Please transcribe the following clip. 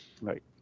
Right